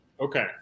okay